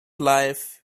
life